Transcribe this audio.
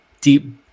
deep